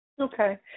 Okay